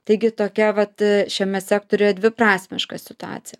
taigi tokia vat šiame sektoriuje dviprasmiška situacija